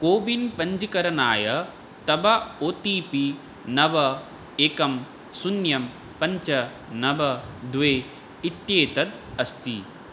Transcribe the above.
कोबिन् पञ्जीकरणाय तव O T P नव एकं शून्यं पञ्च नव द्वे इत्येतद् अस्ति